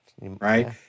Right